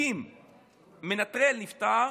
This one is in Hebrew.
אם מנטרל נפטר,